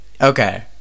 Okay